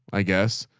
i guess.